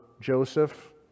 Joseph